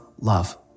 love